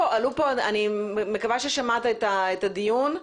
אני מקווה ששמעת את הדיון.